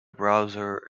browser